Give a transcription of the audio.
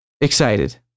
excited